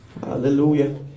Hallelujah